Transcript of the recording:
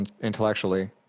intellectually